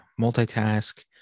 multitask